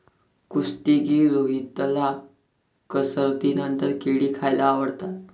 कुस्तीगीर रोहितला कसरतीनंतर केळी खायला आवडतात